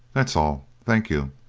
that's all, thank you.